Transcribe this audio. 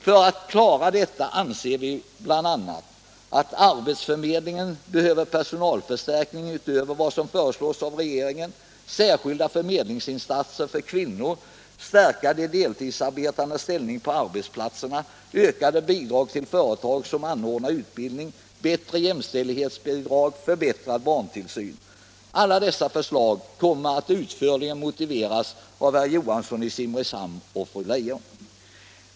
För att klara detta anser vi bl.a. att arbetsförmedlingarna behöver personalförstärkningar utöver vad som föreslås av regeringen, särskilda förmedlingsinsatser för kvinnor, en förstärkning av de deltidsarbetandes ställning på arbetsplatserna, ökade bidrag till företag som anordnar utbildning, bättre jämställdhetsbidrag och förbättrad barntillsyn. Alla dessa förslag kommer att utförligt motiveras av herr Johansson i Simrishamn och fru Leijon.